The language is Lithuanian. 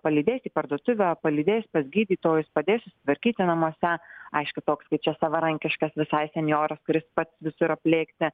palydės į parduotuvę palydės pas gydytojus padės susitvarkyti namuose aišku toks kaip čia savarankiškas visai senjoras kuris pats visur aplėkti